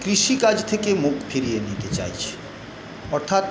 কৃষিকাজ থেকে মুখ ফিরিয়ে নিতে চাইছে অর্থাৎ